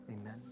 amen